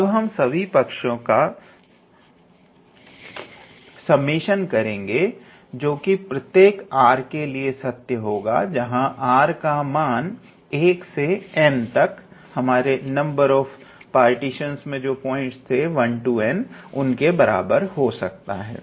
अब हम सभी पक्षों का समेशन करेंगे जोकि प्रत्येक r के लिए सत्य होगा जहां r का मान 1 से n तक हो सकता है